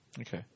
Okay